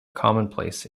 commonplace